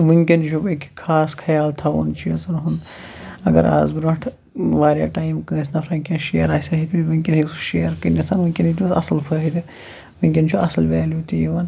تہٕ وُنکٮ۪ن چھِ أکہِ خاص خیال تھاوُن چیٖزَن ہُنٛد اگر اَز برٛونٛٹھٕ واریاہ ٹایِم کٲنٛسہِ نفرَن کیٚنٛہہ شِیر آسہِ ہے ہیٚتۍمٕتۍ وُنکٮ۪ن ہٮ۪کہِ سُہ شِیر کٔنِتھ وُنکٮ۪ن یِیہِ تٔمِس اَصٕل فٲیِدٕ وُنکٮ۪ن چھُ اَصٕل ویلیوٗ تہِ یِون